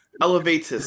elevates